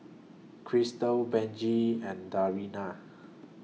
Christal Benji and Dariana